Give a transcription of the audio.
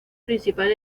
principal